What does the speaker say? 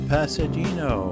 Pasadino